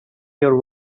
your